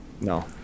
no